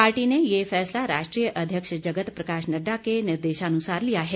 party ने यह फैसला राष्ट्रीय अध्यक्ष जगत प्रकाश नड्डा के निर्देशानुसार लिया है